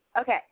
Okay